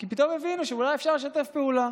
כי פתאום הבינו שאולי אפשר לשתף פעולה.